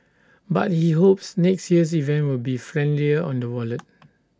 but he hopes next year's event will be friendlier on the wallet